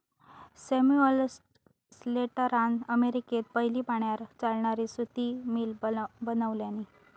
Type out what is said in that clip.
Samuel स्लेटरान अमेरिकेत पयली पाण्यार चालणारी सुती मिल बनवल्यानी